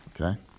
Okay